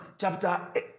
chapter